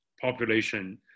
population